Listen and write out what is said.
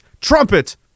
Trumpet